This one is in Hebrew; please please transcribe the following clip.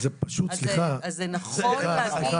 זה פשוט, סליחה, סליחה.